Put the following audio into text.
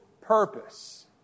purpose